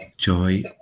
Joy